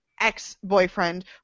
ex-boyfriend